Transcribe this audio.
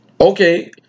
Okay